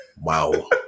Wow